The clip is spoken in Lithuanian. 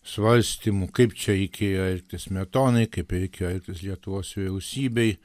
svarstymų kaip čia reikėjo elgtis smetonai kaip reikėjo elgtis lietuvos vyriausybei